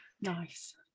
Nice